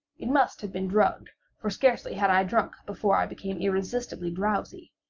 it must have been drugged for scarcely had i drunk, before i became irresistibly drowsy.